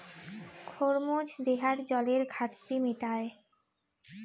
খরমুজ দেহার জলের ঘাটতি মেটায়